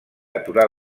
aturar